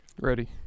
Ready